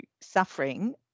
suffering